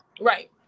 right